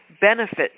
benefit